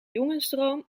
jongensdroom